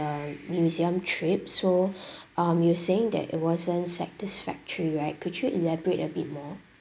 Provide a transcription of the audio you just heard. the museum trip so um you're saying that it wasn't satisfactory right could you elaborate a bit more